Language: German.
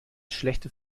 schlechte